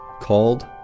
called